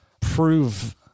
prove